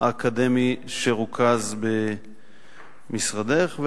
האקדמי שרוכז במשרדך.